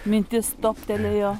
mintis toptelėjo